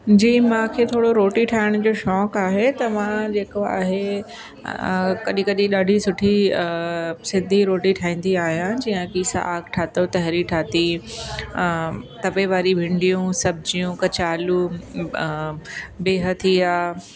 जी मूंखे थोरो रोटी ठाहिण जो शौक़ु आहे त मां जेको आहे कॾहिं कॾहिं ॾाढी सुठी सिंधी रोटी ठाहींदी आहियां जीअं की साग ठाहियो तहरी ठाही तवे वारी भिंडियूं सब्जियूं कचालू बीह थी विया